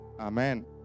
Amen